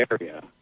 area